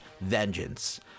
vengeance